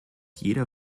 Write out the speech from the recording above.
jeder